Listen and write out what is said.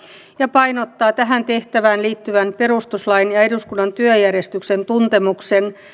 ja painottaa tähän tehtävään liittyvän perustuslain ja eduskunnan työjärjestyksen tuntemuksen